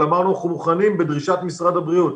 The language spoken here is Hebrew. אבל אמרנו שאנחנו מוכנים לדרישת משרד הבריאות,